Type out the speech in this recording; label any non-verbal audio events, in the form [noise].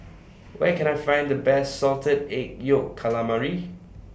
[noise] Where Can I Find The Best Salted Egg Yolk Calamari